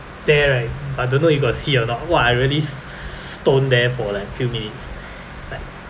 there right I don't know you got see or not !wah! I really st~ stone there for like few minutes like